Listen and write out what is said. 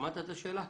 שמעת את השאלה?